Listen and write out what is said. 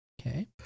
Okay